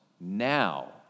now